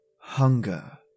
Hunger